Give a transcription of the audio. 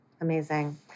Amazing